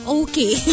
okay